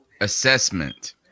assessment